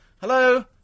Hello